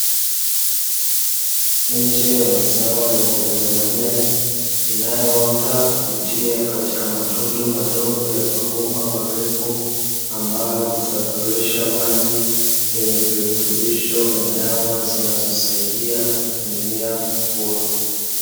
Miche ya mazao ya mboga za majani ikiwa inaota kupitia matundu madogo ya mabomba marefu, ambayo husafirisha maji yenye virutubisho na dawa zinazosaidia mimea kukua.